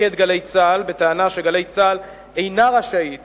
מפקד "גלי צה"ל" בטענה ש"גלי צה"ל" אינה רשאית